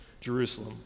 Jerusalem